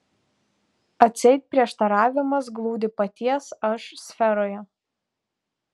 atseit prieštaravimas glūdi paties aš sferoje